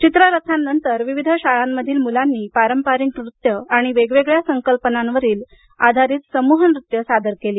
चित्ररथानंतर विविध शाळेतील मुलांनी पारंपरिक नृत्य वेगवेगळ्या संकल्पनावर आधारीत समूह नृत्ये सादर केली